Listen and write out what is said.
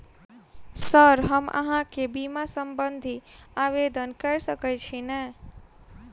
Sir हम अहाँ केँ बीमा संबधी आवेदन कैर सकै छी नै?